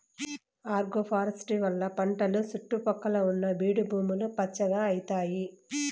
agroforestry వల్ల పంటల సుట్టు పక్కల ఉన్న బీడు భూములు పచ్చగా అయితాయి